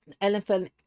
Elephant